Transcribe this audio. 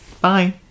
Bye